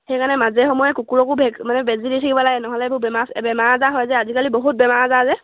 সেইকাৰণে মাজে সময়ে কুকুৰকো মানে বেজী থাকিব লাগে নহ'লে এইবোৰ বেমাৰ আজাৰ হয় যে আজিকালি বহুত বেমাৰ আজাৰ যে